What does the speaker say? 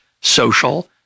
social